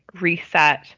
reset